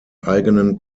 eigenen